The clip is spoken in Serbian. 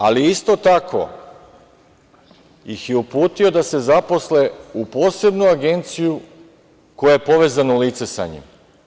Ali, isto tako ih je uputio da se zaposle u posebnu agenciju koja je povezano lice sa njim.